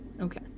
Okay